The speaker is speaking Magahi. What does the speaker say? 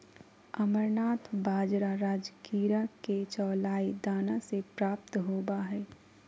अमरनाथ बाजरा राजगिरा के चौलाई दाना से प्राप्त होबा हइ